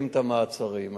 מבצעים את המעצרים האלה.